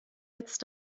jetzt